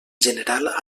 general